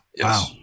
Wow